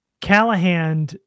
callahan